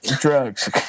drugs